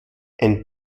ein